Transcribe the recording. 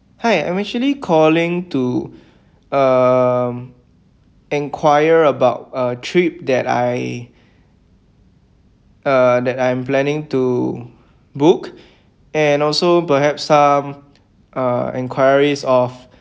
hi I'm actually calling to um enquire about a trip that I uh that I'm planning to book and also perhaps some uh enquiries of